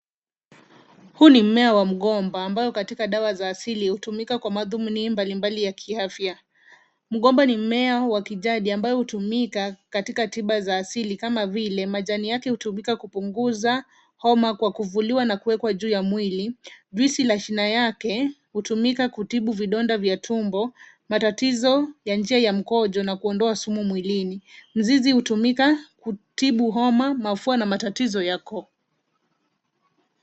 Huu ni mmea wa mgomba ambayo katika dawa za asili hutumika kwa madhumuni mbalimbali ya kiafya. Mgomba ni mmea wa kijadi ambao hutumika katika tiba za asili kama vile, majani yake hutumika kupunguza homa kwa kuvuliwa na kuwekwa juu ya mwili, juisi la shina yake hutumika kutibu vidonda vya tumbo, matatizo ya njia ya mkojo na kuondoa sumu mwilini. Mzizi hutumika kutibu homa, mafua na matatizo ya koo.